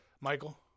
Michael